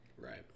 Right